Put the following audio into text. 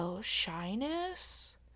shyness